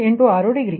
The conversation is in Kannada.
86 ಡಿಗ್ರಿ